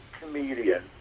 comedian